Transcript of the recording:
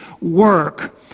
work